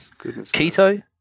Keto